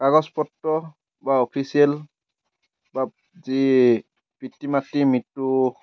কাগজ পত্ৰ বা অফিচিয়েল বা যি পিতৃ মাতৃৰ মৃত্যু